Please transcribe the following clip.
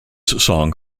song